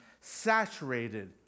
saturated